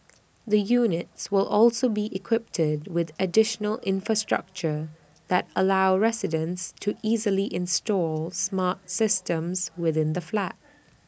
the units will also be equipped with additional infrastructure that allow residents to easily install smart systems within the flat